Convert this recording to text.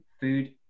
food